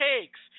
takes